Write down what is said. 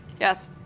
Yes